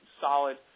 solid